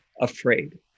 afraid